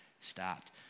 stopped